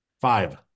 Five